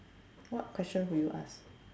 what question would you ask